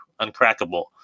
uncrackable